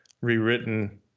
rewritten